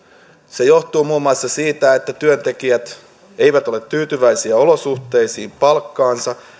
se johtuu muun muassa siitä että työntekijät eivät ole tyytyväisiä olosuhteisiin palkkaansa